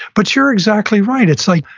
but you're exactly right. it's like,